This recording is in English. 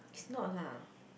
it's not lah